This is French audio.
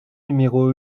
numéro